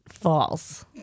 False